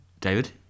David